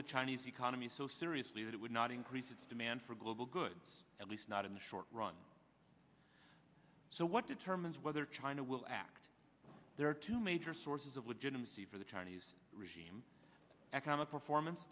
the chinese economy so seriously that it would not increase its demand for global goods at least not in the short run so what determines whether china will act there are two major sources of legitimacy for the chinese regime economic performance